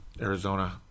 Arizona